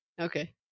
okay